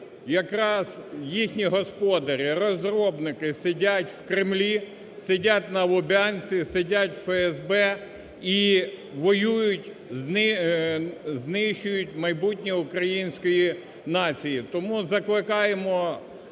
якраз їхні господарі, розробники сидять в Кремлі, сидять на Луб'янці, сидять у ФСБ і воюють, знищують майбутнє української нації. Тому закликаємо